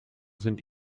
sind